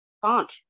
font